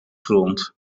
grond